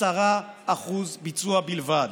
10% ביצוע בלבד,